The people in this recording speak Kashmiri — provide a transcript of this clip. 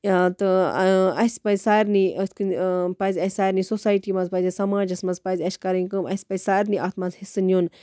یا تہٕ اَسہِ پَزِ سارنے أتھۍ کُن پَزِ اَسہِ سارنے سوسایٹی منٛز پَزِ اَسہِ سَماجَس منٛز پَزِ اَسہِ کرٕنۍ کٲم پَزِ اسہِ سارنے اَتھ منٛز حِصہٕ نیُن